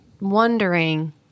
wondering